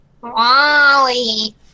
Wally